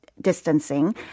distancing